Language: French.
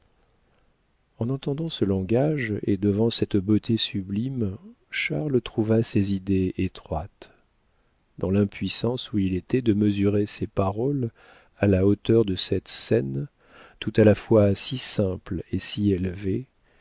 en entendant ce langage et devant cette beauté sublime charles trouva ses idées étroites dans l'impuissance où il était de mesurer ses paroles à la hauteur de cette scène tout à la fois si simple et si élevée